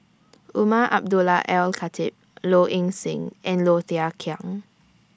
Umar Abdullah Al Khatib Low Ing Sing and Low Thia Khiang